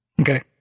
Okay